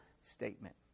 statement